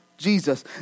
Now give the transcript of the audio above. Jesus